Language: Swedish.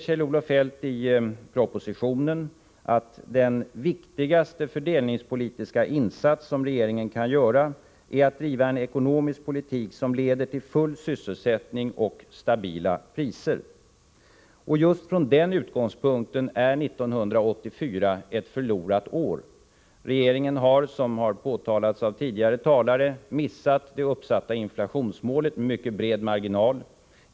Kjell-Olof Feldt säger i propositionen att den viktigaste fördelningspolitiska insats som regeringen kan göra är att driva en ekonomisk politik som leder till full sysselsättning och stabila priser. Just från den utgångspunkten är 1984 ett förlorat år. Regeringen har, som påtalats av tidigare talare, med mycket bred marginal missat det uppsatta inflationsmålet.